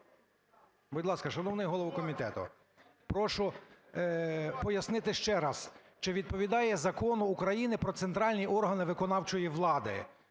Будь ласка, шановний голово комітету, прошу пояснити ще раз, чи відповідає Закону України "Про центральні органи виконавчої влади"